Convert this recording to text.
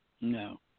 No